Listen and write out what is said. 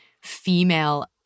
female